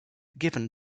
given